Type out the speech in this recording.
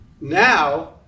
now